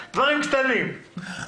נכון?